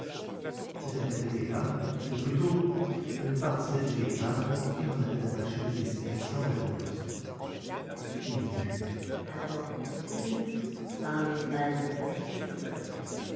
c'était un télégramme ou plutôt une partie de télégramme auquel on avait arraché les indications de la poste il lut accord conclu cent mille balles livrées tout va bien